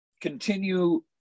continue